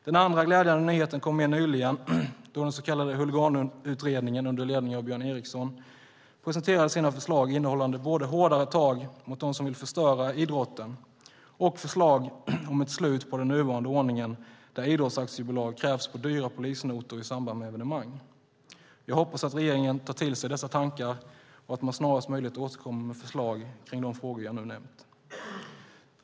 Den andra glädjande nyheten kom mer nyligen, då den så kallade Huliganutredningen under ledning av Björn Eriksson presenterade sina förslag innehållande både hårdare tag mot dem som vill förstöra idrotten och förslag om ett slut på den nuvarande ordningen där idrottsaktiebolag krävs på dyra polisnotor i samband med evenemang. Jag hoppas att regeringen tar till sig dessa tankar och att man snarast möjligt återkommer med förslag kring de frågor jag nu nämnt.